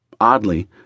Oddly